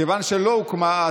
כיוון שלא הוקמה,